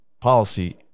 policy